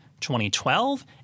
2012